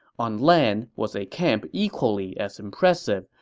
on land was a camp equally as impressive,